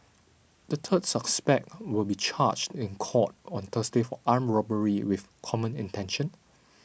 the third suspect will be charged in court on Thursday for armed robbery with common intention